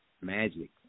Magic